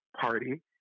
party